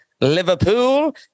Liverpool